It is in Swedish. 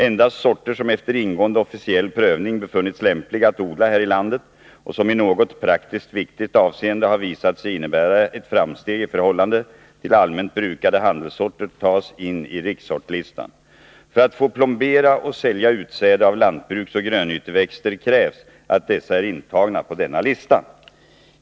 Endast sorter som efter ingående officiell provning befunnits lämpliga att odla här i landet och som i något praktiskt viktigt avseende har visat sig innebära ett framsteg i förhållande till allmänt brukade handelssorter tas in i rikssortlistan. För att få plombera och sälja utsäde av lantbruksoch grönyteväxter krävs att dessa är intagna på denna lista.